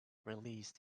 released